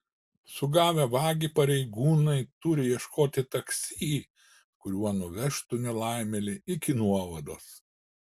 sugavę vagį pareigūnai turi ieškoti taksi kuriuo nuvežtų nelaimėlį iki nuovados